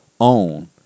own